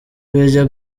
bijya